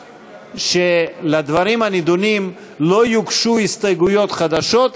שלדברים הנדונים לא יוגשו הסתייגויות חדשות,